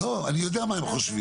אני יודע מה הם חושבים.